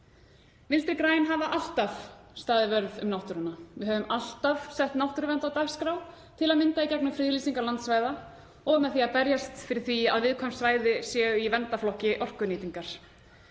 Vinstri græn hafa alltaf staðið vörð um náttúruna. Við höfum alltaf sett náttúruvernd á dagskrá, til að mynda í gegnum friðlýsingar landsvæða og með því að berjast fyrir því að viðkvæm svæði séu í verndarflokki orkunýtingar.